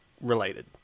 related